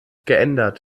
geändert